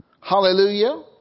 Hallelujah